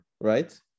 right